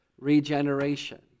regeneration